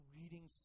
reading